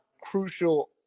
crucial